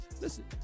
Listen